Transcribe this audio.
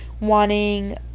wanting